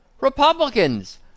Republicans